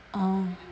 oh